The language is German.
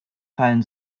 fallen